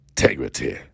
integrity